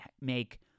make